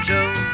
Joe